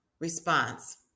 Response